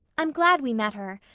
i'm glad we met her,